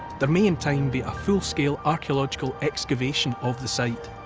there may in time be a full-scale archaeological excavation of the site.